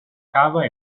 cava